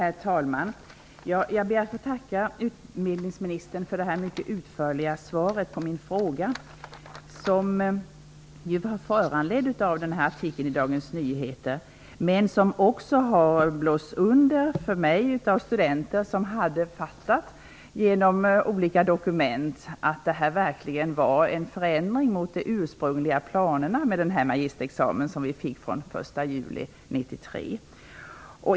Herr talman! Jag ber att få tacka utbildningsministern för det mycket utförliga svaret på min fråga. Frågan var föranledd av artikeln i Dagens Nyheter, men min oro har också underblåsts av studenter som på grundval av olika dokument har uppfattat att det här verkligen var fråga om en förändring i förhållande till de ursprungliga planerna för den magisterexamen som vi fick den 1 juli 1993.